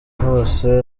hose